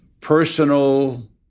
personal